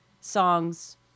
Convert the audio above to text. songs